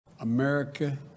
America